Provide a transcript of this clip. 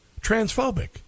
transphobic